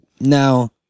Now